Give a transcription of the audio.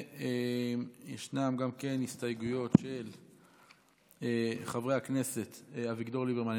וישנן גם הסתייגויות של חברי הכנסת אביגדור ליברמן,